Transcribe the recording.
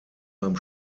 beim